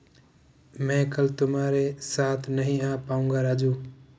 मैं कल तुम्हारे साथ नहीं आ पाऊंगा राजू